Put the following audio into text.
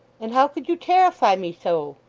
and how could you terrify me so